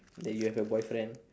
that you have a boyfriend